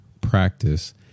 practice